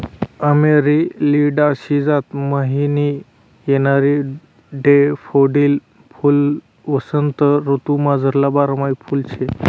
Amaryllidaceae जात म्हाईन येणारं डैफोडील फुल्वसंत ऋतूमझारलं बारमाही फुल शे